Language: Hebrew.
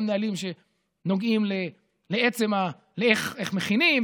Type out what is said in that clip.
גם נהלים שנוגעים לאיך מכינים,